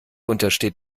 untersteht